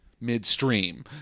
mid-stream